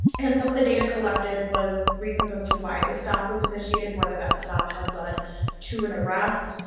and some of the data collected was reasons as to why the stop was initiated, whether that stop had led to an arrest,